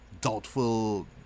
doubtful